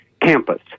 Campus